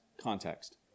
context